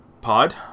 Pod